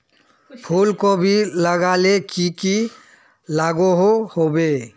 फूलकोबी लगाले की की लागोहो होबे?